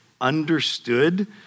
understood